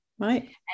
Right